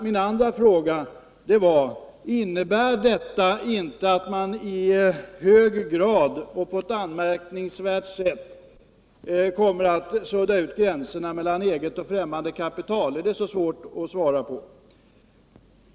Min andra fråga var: Innebär detta inte att man i hög grad och på ett anmärkningsvärt sätt kommer att sudda ut gränserna mellan eget och främmande kapital? Är den frågan så svår att svara på?